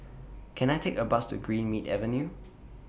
Can I Take A Bus to Greenmead Avenue